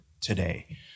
today